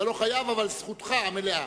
אתה לא חייב אבל זכותך המלאה.